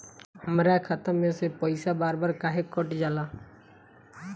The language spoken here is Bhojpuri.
हमरा खाता में से पइसा बार बार काहे कट जाला?